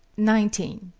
nineteen.